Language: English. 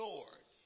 Lord